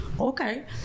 okay